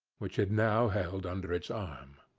which it now held under its arm.